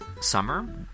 summer